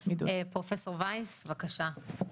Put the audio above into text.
פרופ' וייס, בקשה.